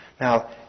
Now